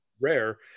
Rare